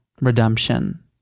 Redemption